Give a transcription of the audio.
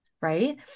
right